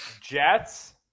Jets